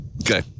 Okay